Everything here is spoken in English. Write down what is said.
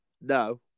No